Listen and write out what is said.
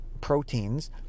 proteins